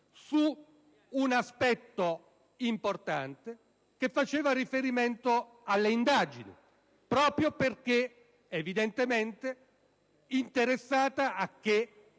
su un aspetto importante che faceva riferimento alle indagini, proprio perché evidentemente era interessata a fare